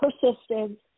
persistence